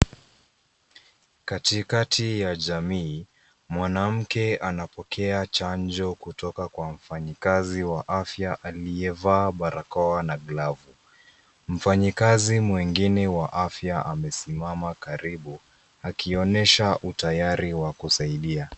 Katikati ya jamii, mwanamke anapokea chanjo kutoka kwa mfanyikazi wa afya aliyevaa barakoa na glavu. Mfanyikazi mwingine wa afya amesimama karibu, akionyesha utayari wa kusaidia.